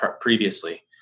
previously